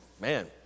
man